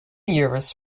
years